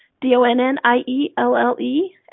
D-O-N-N-I-E-L-L-E